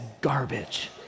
garbage